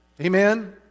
amen